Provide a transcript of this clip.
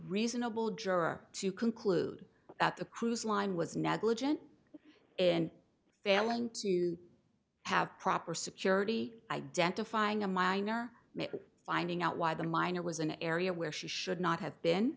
reasonable juror to conclude that the cruise line was negligent in failing to have proper security identifying a minor finding out why the minor was an area where she should not have been